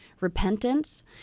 repentance